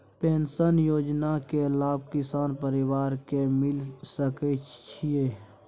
Pension योजना के लाभ किसान परिवार के मिल सके छिए?